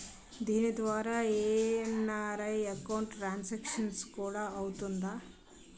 దీని ద్వారా NRI account transaction కూడా అవుతుందా?